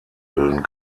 bilden